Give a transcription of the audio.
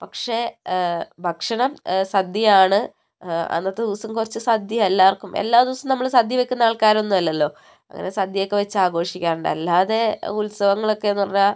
പക്ഷേ ഭക്ഷണം സദ്യയാണ് അന്നത്തെ ദിവസം കുറച്ച് സദ്യ എല്ലാവർക്കും എല്ലാ ദിവസവും നമ്മൾ സദ്യ വയ്ക്കുന്ന ആൾക്കാരൊന്നും അല്ലല്ലോ അങ്ങനെ സദ്യയൊക്കെ വെച്ച് ആഘോഷിക്കാറുണ്ട് അല്ലാതെ ഉത്സവങ്ങൾ ഒക്കെ എന്നുപറഞ്ഞാൽ